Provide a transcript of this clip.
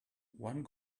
one